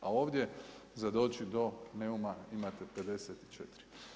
A ovdje za doći do Neuma imate 54.